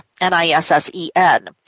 N-I-S-S-E-N